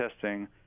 testing